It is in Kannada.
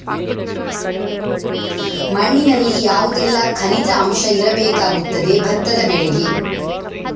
ಮಣ್ಣಿನಲ್ಲಿ ಯಾವುದೆಲ್ಲ ಖನಿಜ ಅಂಶ ಇರಬೇಕಾಗುತ್ತದೆ ಭತ್ತದ ಬೆಳೆಗೆ?